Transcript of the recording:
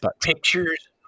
pictures